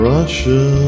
Russia